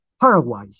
Paraguay